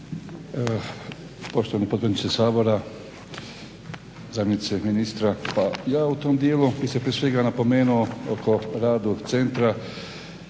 poštovani potpredsjedniče Sabora, zamjenice ministra. Pa ja u tom dijelu bi se prije svega napomenuo oko rada centra